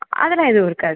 அதெலாம் எதுவும் இருக்காது